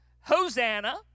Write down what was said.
Hosanna